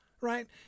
right